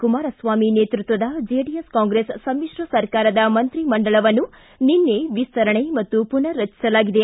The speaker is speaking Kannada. ಕುಮಾರಸ್ವಾಮಿ ನೇತೃತ್ವದ ಜೆಡಿಎಸ್ ಕಾಂಗ್ರೆಸ್ ಸಮಿತ್ರ ಸರ್ಕಾರದ ಮಂತ್ರಿಮಂಡಲವನ್ನು ನಿನ್ನೆ ವಿಸ್ತರಣೆ ಮತ್ತು ಪುನರ್ರಚಿಸಲಾಗಿದೆ